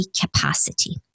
capacity